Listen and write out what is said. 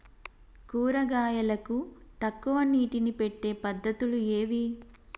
కూరగాయలకు తక్కువ నీటిని పెట్టే పద్దతులు ఏవి?